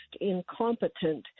incompetent